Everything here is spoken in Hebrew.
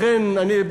לכן אני,